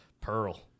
Pearl